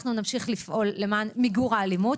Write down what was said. אנחנו נמשיך לפעול למען מיגור האלימות.